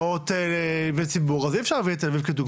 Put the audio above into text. קרקעות ציבוריות אז אי אפשר להביא את תל אביב כדוגמא,